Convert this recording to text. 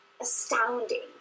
astounding